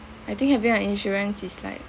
I think having an insurance is like